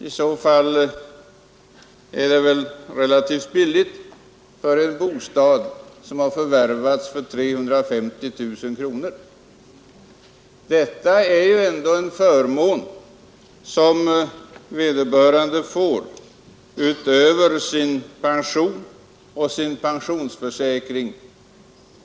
I så fall är det väl relativt billigt för en bostad som har förvärvats för 350 000 kronor. Det är ju en förmån som vederbörande får utöver sin pension och sin pensionsförsäkring.